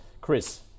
Chris